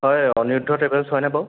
হয় অনিৰুদ্ধ ট্ৰেভেলচ্ হয় নে বাৰু